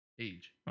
age